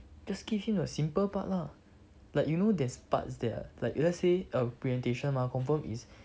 just give him a simple part lah like you know there's parts there are like let's say a presentation mah confirm is